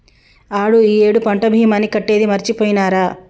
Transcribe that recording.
ఆడు ఈ ఏడు పంట భీమాని కట్టేది మరిచిపోయినారా